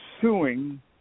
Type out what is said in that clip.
suing